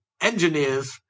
engineers